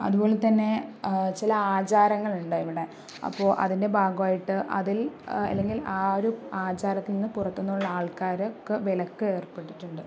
അതുപോലെ തന്നെ ചില ആചാരങ്ങൾ ഉണ്ട് ഇവിടെ അപ്പോൾ അതിൻ്റെ ഭാഗമായിട്ട് അതിൽ അല്ലെങ്കിൽ ആ ഒരു ആചാരത്തിൽ നിന്ന് പുറത്തുനിന്നുള്ള ആൾക്കാർക്ക് വിലക്ക് ഏർപ്പെട്ടിട്ടുണ്ട്